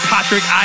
Patrick